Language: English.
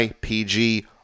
PG